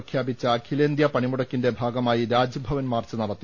പ്രഖ്യാപിച്ച അഖിലേന്ത്യാ പണിമുടക്കിന്റെ ഭാഗമായി രാജ്ഭവൻ മാർച്ച് നടത്തി